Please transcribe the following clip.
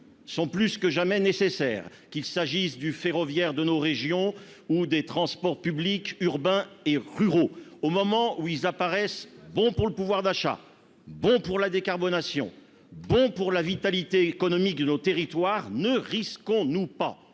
sont plus que jamais nécessaire qu'il s'agisse du ferroviaire de nos régions ou des transports publics urbains et ruraux, au moment où ils apparaissent, bon pour le pouvoir d'achat, bon pour la décarbonation bon pour la vitalité économique de nos territoires, ne risquons-nous pas